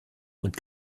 und